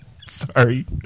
Sorry